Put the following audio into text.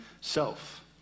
self